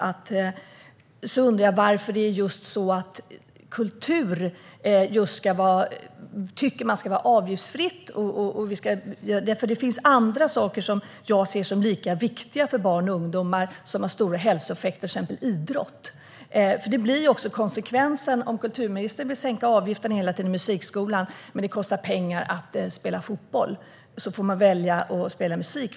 Däremot undrar jag varför ni tycker att just kultur ska vara avgiftsfri. Det finns andra saker som jag ser som lika viktiga för barn och ungdomar och som har stora hälsoeffekter, till exempel idrott. Om kulturministern hela tiden vill sänka avgiften i musikskolan medan det kostar pengar att spela fotboll blir konsekvensen att barn får välja att spela musik.